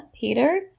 peter